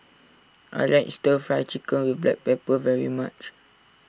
I like Stir Fry Chicken with Black Pepper very much